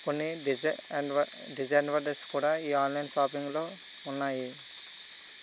కొన్ని disadvan disadvantages కూడా ఈ ఆన్లైన్ షాపింగ్లో ఉన్నాయి